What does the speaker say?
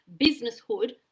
businesshood